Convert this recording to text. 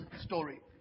story